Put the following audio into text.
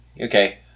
Okay